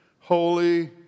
holy